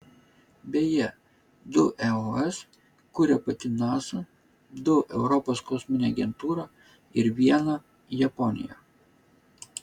beje du eos kuria pati nasa du europos kosminė agentūra ir vieną japonija